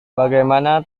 bagaimana